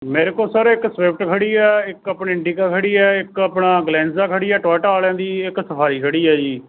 ਮੇਰੇ ਕੋਲ ਸਰ ਇੱਕ ਸਵਿਫਟ ਖੜ੍ਹੀ ਹੈ ਇੱਕ ਆਪਣੀ ਇੰਡਿਕਾ ਖੜ੍ਹੀ ਹੈ ਇੱਕ ਆਪਣਾ ਅਲੈਗਜ਼ਾ ਖੜ੍ਹੀ ਹੈ ਟੋਇਟਾ ਆਲਿਆ ਦੀ ਇਕ ਸਫਾਰੀ ਖੜ੍ਹੀ ਹੈ ਜੀ